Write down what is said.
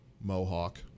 mohawk